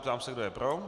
Ptám se, kdo je pro.